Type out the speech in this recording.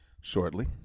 shortly